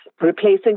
replacing